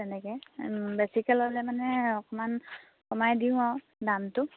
তেনেকৈ বেছিকৈ ল'লে মানে অকণমান কমাই দিওঁ আৰু দামটো